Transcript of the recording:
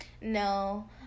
No